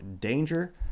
danger